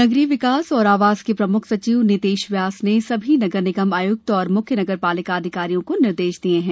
नगरीय विकास एवं आवास के प्रमुख सचिव नीतेश व्यास ने सभी नगर निगम आयुक्त और मुख्य नगरपालिका अधिकारियों को निर्देश दिये हैं